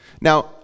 Now